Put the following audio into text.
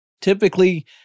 Typically